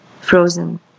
frozen